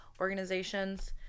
organizations